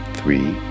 three